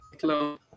hello